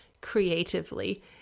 creatively